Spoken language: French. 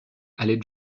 haley